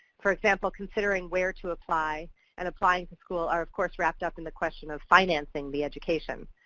for example, considering where to apply and applying to school are, of course, wrapped up in the question of financing the education.